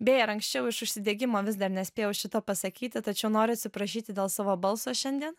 beje ir anksčiau iš užsidegimo vis dar nespėjau šito pasakyti tačiau noriu atsiprašyti dėl savo balso šiandien